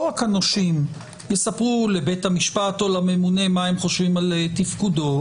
רק הנושים יספרו לבית המשפט או לממונה מה הם חושבים על תפקודו,